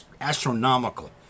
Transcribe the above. astronomical